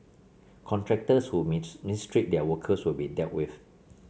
contractors who mistreat their workers will be dealt with